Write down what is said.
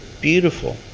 Beautiful